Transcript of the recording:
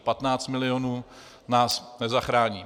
15 milionů nás nezachrání.